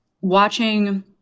watching